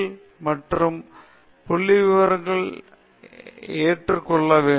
உண்மைகள் மற்றும் புள்ளிவிவரங்கள் ஏற்று கொள்ள வேண்டும்